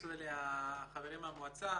שהתייחסו אליה חברים מהמועצה,